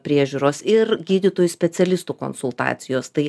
priežiūros ir gydytojų specialistų konsultacijos tai